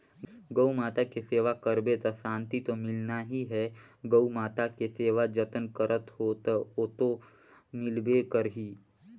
गउ माता के सेवा करबे त सांति तो मिलना ही है, गउ माता के सेवा जतन करत हो त ओतो मिलबे करही